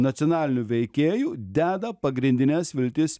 nacionalinių veikėjų deda pagrindines viltis